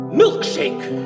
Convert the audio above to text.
milkshake